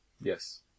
Yes